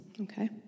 Okay